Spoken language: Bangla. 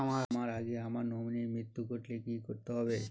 আমার আগে আমার নমিনীর মৃত্যু ঘটলে কি করতে হবে?